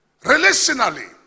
relationally